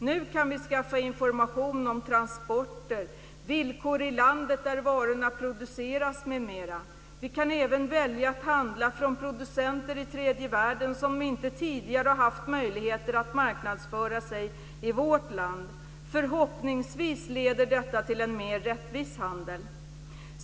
Nu kan vi skaffa information om transporter och villkor i landet där varorna produceras m.m. Vi kan även välja att handla från producenter i tredje världen som inte tidigare haft möjligheter att marknadsföra sig i vårt land. Förhoppningsvis leder detta till en mer rättvis handel.